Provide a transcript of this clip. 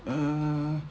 uh